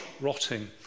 rotting